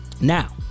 Now